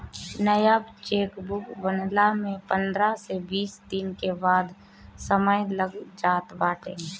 नया चेकबुक बनला में पंद्रह से बीस दिन के समय लाग जात बाटे